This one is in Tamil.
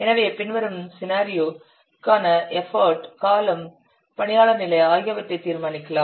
எனவே பின்வரும் சினாரியோ க்கான எஃபர்ட் காலம் பணியாளர் நிலை ஆகியவற்றை தீர்மானிக்கலாம்